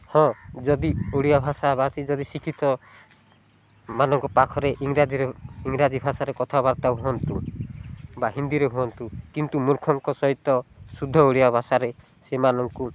ହଁ ଯଦି ଓଡ଼ିଆ ଭାଷା ବାସି ଯଦି ଶିକ୍ଷିତମାନଙ୍କ ପାଖରେ ଇଂରାଜୀରେ ଇଂରାଜୀ ଭାଷାରେ କଥାବାର୍ତ୍ତା ହୁଅନ୍ତୁ ବା ହିନ୍ଦୀରେ ହୁଅନ୍ତୁ କିନ୍ତୁ ମୂର୍ଖଙ୍କ ସହିତ ଶୁଦ୍ଧ ଓଡ଼ିଆ ଭାଷାରେ ସେମାନଙ୍କୁ